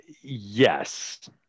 yes